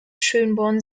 schönborn